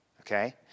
okay